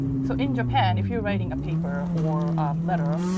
so in japan, if you're writing a paper or letter,